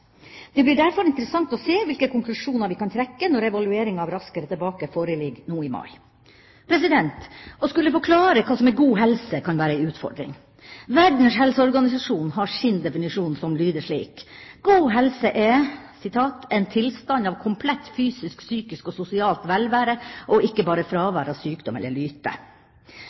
Det blir derfor interessant å se hvilke konklusjoner vi kan trekke når evaluering av Raskere tilbake foreligger nå i mai. Å skulle forklare hva som er god helse, kan være en utfordring. Verdens helseorganisasjon har sin definisjon, som lyder slik: God helse er «en tilstand av komplett fysisk, psykisk og sosialt velvære og ikke bare fravær av sykdom eller lyte».